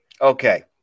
Okay